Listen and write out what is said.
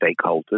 stakeholders